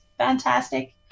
Fantastic